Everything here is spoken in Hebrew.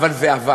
אבל זה עבד.